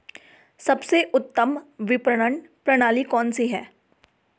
सबसे उत्तम विपणन प्रणाली कौन सी है?